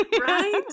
right